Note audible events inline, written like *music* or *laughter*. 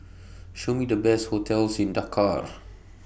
*noise* Show Me The Best hotels in Dakar